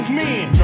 men